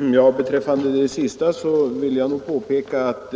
Herr talman! Beträffande det sist sagda vill jag påpeka att